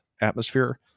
atmosphere